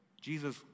Jesus